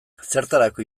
zertarako